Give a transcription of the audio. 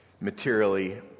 materially